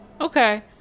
Okay